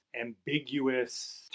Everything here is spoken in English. ambiguous